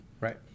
right